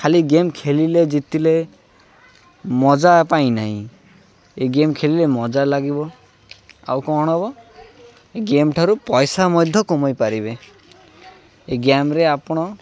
ଖାଲି ଗେମ୍ ଖେଳିଲେ ଜିତିଲେ ମଜା ପାଇଁ ନାହିଁ ଏ ଗେମ୍ ଖେଳିଲେ ମଜା ଲାଗିବ ଆଉ କ'ଣ ହବ ଏ ଗେମ୍ ଠାରୁ ପଇସା ମଧ୍ୟ କମେଇ ପାରିବେ ଏ ଗେମ୍ରେ ଆପଣ